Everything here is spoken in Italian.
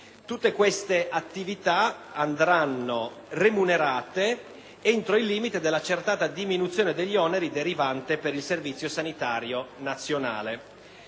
Tutte queste attività andranno remunerate entro il limite dell'accertata diminuzione degli oneri derivante per il Servizio sanitario nazionale.